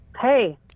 hey